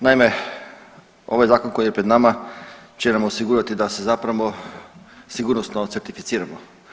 Naime, ovaj zakon koji je pred nama će nam osigurati da se zapravo sigurnosno certificiramo.